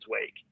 Wake